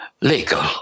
legal